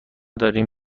داریم